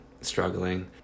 struggling